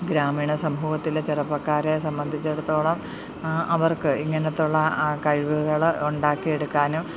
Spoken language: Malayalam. ഗ്രാമീണ സമൂഹത്തിലെ ചെറുപ്പക്കാരെ സംബന്ധിച്ച് എടുത്തോളം അവർക്ക് ഇങ്ങനെയുള്ള ആ കഴിവുകൾ ഉണ്ടാക്കി എടുക്കാനും